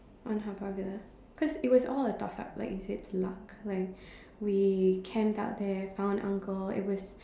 on Haw-Par Villa cause it was all a toss up like you said it's luck like we camped out there found uncle it was